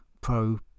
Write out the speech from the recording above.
pro